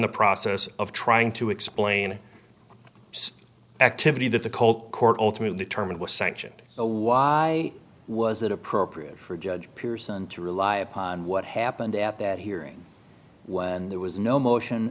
the process of trying to explain activity that the cold court ultimately determined was sanctioned so why was it appropriate for a judge pearson to rely upon what happened at that hearing when there was no motion